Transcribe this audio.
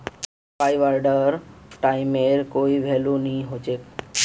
वार बांडेर टाइमेर कोई भेलू नी हछेक